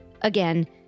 Again